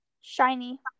Shiny